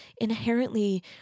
inherently